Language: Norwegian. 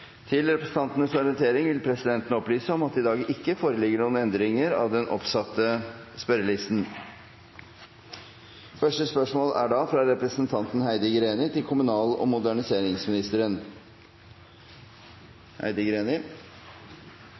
Til representantenes orientering vil presidenten opplyse om at det i dag ikke foreligger noen endringer i den oppsatte spørsmålslisten. «Statsråden har vist til at Husbanken og deres låneordninger er viktige i arbeidet med å øke tilfanget av boliger, og